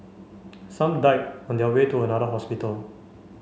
some died on their way to another hospital